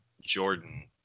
Jordan